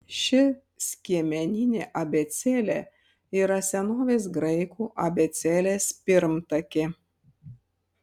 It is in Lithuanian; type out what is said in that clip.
ši skiemeninė abėcėlė yra senovės graikų abėcėlės pirmtakė